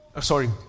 Sorry